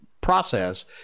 process